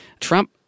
Trump